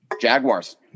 Jaguars